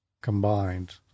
combined